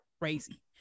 crazy